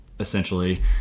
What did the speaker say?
essentially